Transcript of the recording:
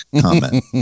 comment